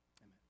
Amen